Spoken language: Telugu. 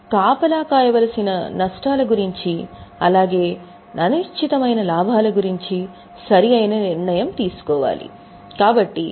కాపలా కాయవలసిన నష్టాల గురించి అలాగే అనిశ్చితమైన లాభాల గురించి సరి అయిన నిర్ణయం తీసుకోవాలి